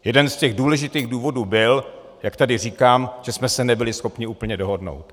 Jeden z těch důležitých důvodů byl, jak tady říkám, že jsme se nebyli schopni úplně dohodnout.